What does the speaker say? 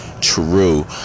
true